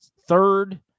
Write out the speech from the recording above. third